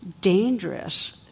dangerous